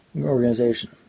organization